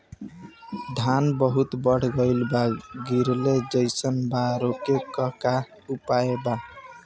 धान बहुत बढ़ गईल बा गिरले जईसन बा रोके क का उपाय बा?